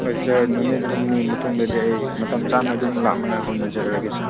ꯍꯣꯏ ꯁꯥꯔ ꯅꯨꯃꯤꯠ ꯍꯨꯝꯅꯤ ꯃꯇꯨꯡꯗꯗꯤ ꯑꯩ ꯃꯇꯝ ꯆꯥꯅ ꯑꯗꯨꯝ ꯂꯥꯛꯅꯉꯥꯏ ꯍꯣꯠꯅꯖꯔꯒꯦ ꯁꯥꯔ